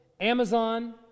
Amazon